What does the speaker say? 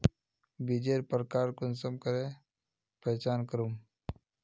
बीजेर प्रकार कुंसम करे पहचान करूम?